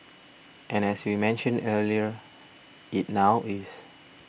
and as we mentioned earlier it now is